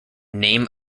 name